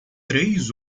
três